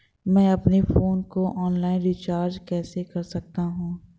मैं अपने फोन को ऑनलाइन रीचार्ज कैसे कर सकता हूं?